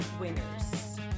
winners